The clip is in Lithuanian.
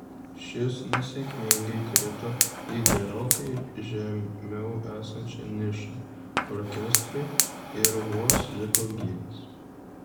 šis nesėkmingai krito į gerokai žemiau esančią nišą orkestrui ir vos liko gyvas